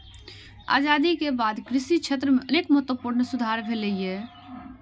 आजादी के बाद कृषि क्षेत्र मे अनेक महत्वपूर्ण सुधार भेलैए